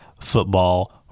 football